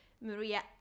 maria